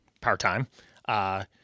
part-time